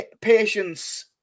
Patience